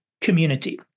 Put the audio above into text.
community